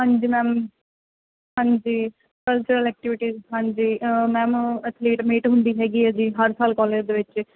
ਹਾਂਜੀ ਮੈਮ ਹਾਂਜੀ cultural activities ਹਾਂਜੀ ਮੈਮ ਏਥਲੀਟ ਮੀਟ ਹੁੰਦੀ ਹੈਗੀ ਹੈ ਜੀ ਹਰ ਸਾਲ ਕਾਲਜ ਦੇ ਵਿੱਚ